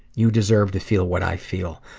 you deserve to feel what i feel.